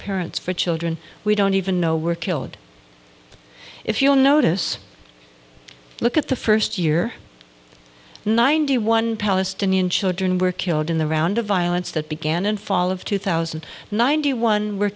parents for children we don't even know were killed if you'll notice look at the first year ninety one palestinian children were killed in the round of violence that began in fall of two thousand ninety one were